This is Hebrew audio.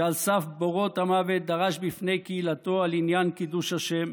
שעל סף בורות המוות דרש בפני קהילתו על עניין קידוש השם,